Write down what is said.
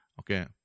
Okay